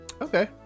Okay